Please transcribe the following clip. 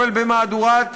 ובמהדורת